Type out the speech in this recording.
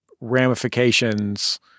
ramifications